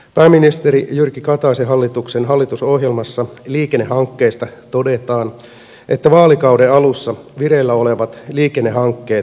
pääministeri jyrki kataisen hallituksen hallitusohjelmassa liikennehankkeista todetaan että vaalikauden alussa vireillä olevat liikennehankkeet saatetaan loppuun